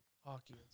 hockey